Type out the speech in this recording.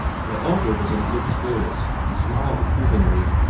the elder was in good spirits he smiled approvingly,